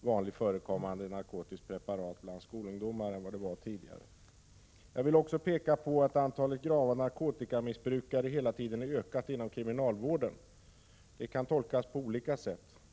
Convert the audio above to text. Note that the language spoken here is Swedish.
vanligt förekommande narkotiskt preparat bland skolungdomar än det var tidigare. Jag vill också peka på att antalet grava narkotikamissbrukare hela tiden ökat inom kriminalvården. Det kan tolkas på olika sätt.